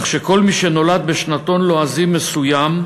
כך שכל מי שנולד בשנתון לועזי מסוים,